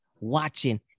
watching